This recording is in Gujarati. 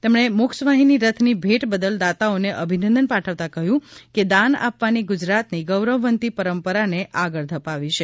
તેમણે મોક્ષવાહિની રથની ભેટ બદલ દાતાઓને અભિનંદન પાઠવતા કહ્યું કે દાન આપવાની ગુજરાતની ગૌરવવંતી પરંપરાને આગળ ધપાવી છે